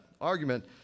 argument